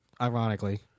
Ironically